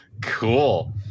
Cool